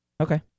Okay